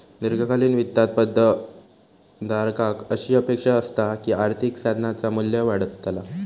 दीर्घकालीन वित्तात पद धारकाक अशी अपेक्षा असता की आर्थिक साधनाचा मू्ल्य वाढतला